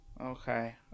Okay